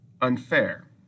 unfair